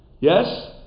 Yes